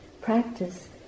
practice